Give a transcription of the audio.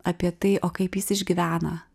apie tai o kaip jis išgyvena